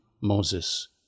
Moses